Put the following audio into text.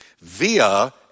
via